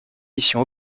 mission